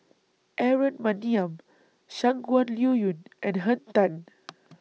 Aaron Maniam Shangguan Liuyun and Henn Tan